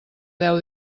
deu